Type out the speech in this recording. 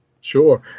sure